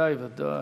ודאי, ודאי,